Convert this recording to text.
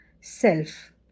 self